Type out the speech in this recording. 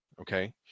Okay